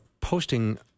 posting